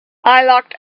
locked